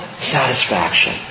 satisfaction